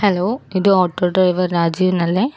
hello ഇത് auto driver രാജീവനല്ലേ